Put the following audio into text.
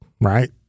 right